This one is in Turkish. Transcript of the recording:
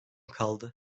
kaldı